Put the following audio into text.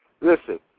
listen